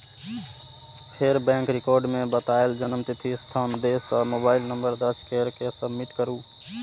फेर bank record मे बतायल जन्मतिथि, स्थान, देश आ मोबाइल नंबर दर्ज कैर के सबमिट करू